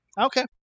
Okay